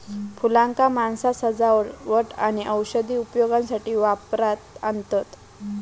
फुलांका माणसा सजावट आणि औषधी उपयोगासाठी वापरात आणतत